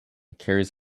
carries